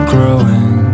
Growing